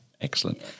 Excellent